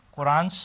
Quran